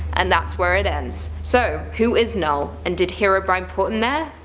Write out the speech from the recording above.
and that's where it ends. so, who is null? and did herobrine put him there?